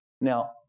Now